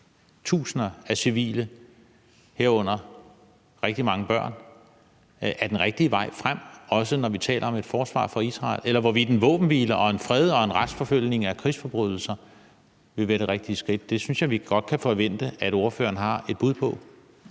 tusinder af civile ofre, herunder rigtig mange børn, er den rigtige vej frem, også når vi taler om et forsvar for Israel, eller hvorvidt en våbenhvile og en fred og en efterforskning af krigsforbrydelser vil være det rigtige skridt. Det synes jeg godt vi kan forvente at ordføreren har et bud på.